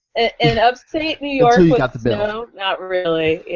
in upstate new york with snow, not really.